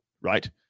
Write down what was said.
right